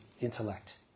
intellect